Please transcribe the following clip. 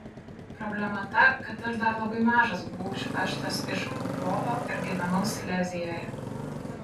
problema ta kad aš dar labai mažas buvau išvežtas iš lvovo ir gyvenau silezijoje